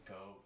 go